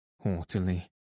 haughtily